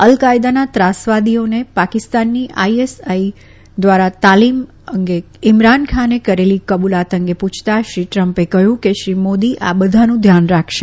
અલકાયદાના ત્રાસવાદીઓને પાકિસ્તાનની આઈએસઆઈ દ્વારા તાલીમ અંગે ઈમરાનખાને કરેલી કબુલાત અંગે પુંછતા શ્રી ટ્રમ્પે કહ્યું કે શ્રી મોદી આ બધાનું ધ્યાન રાખશે